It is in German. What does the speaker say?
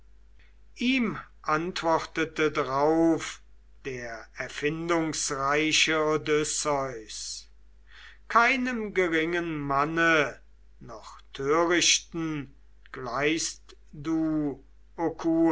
ihm antwortete drauf der erfindungsreiche odysseus keinem geringen manne noch törichten gleichst du